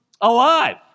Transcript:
alive